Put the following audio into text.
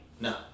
No